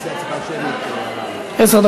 לסעיף הבא שעל סדר-היום: הצעת חוק